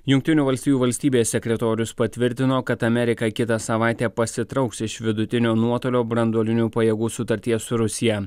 jungtinių valstijų valstybės sekretorius patvirtino kad amerika kitą savaitę pasitrauks iš vidutinio nuotolio branduolinių pajėgų sutarties su rusija